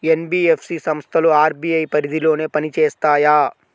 NBFC సంస్థలు RBI పరిధిలోనే పని చేస్తాయా?